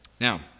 Now